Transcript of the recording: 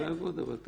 בלאו הכי